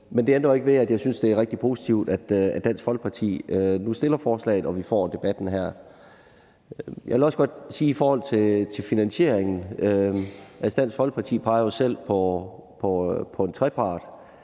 men det ændrer jo ikke ved, at jeg synes, at det er rigtig positivt, at Dansk Folkeparti nu fremsætter forslaget og vi får debatten her. Jeg vil også godt sige noget i forhold til finansieringen. Altså, Dansk Folkeparti peger jo selv på en trepart.